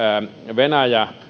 venäjä